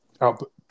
output